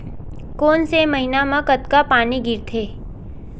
कोन से महीना म कतका पानी गिरथे?